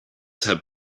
had